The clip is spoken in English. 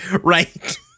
right